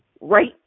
right